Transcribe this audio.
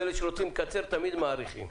ואלה שרוצים לקצר תמיד מאריכים.